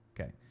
Okay